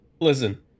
Listen